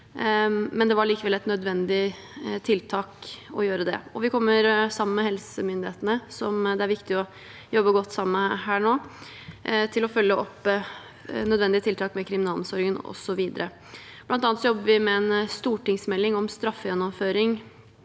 men det var likevel et nødvendig tiltak å gjøre det. Vi kommer sammen med helsemyndighetene, som det er viktig å jobbe godt sammen med her nå, til å følge opp nødvendige tiltak med kriminalomsorgen osv. Blant annet jobber vi med en stortingsmelding om straffegjennomføring